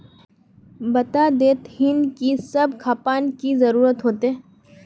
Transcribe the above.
बता देतहिन की सब खापान की जरूरत होते?